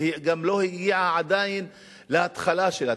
והיא גם לא הגיעה עדיין להתחלה שלה.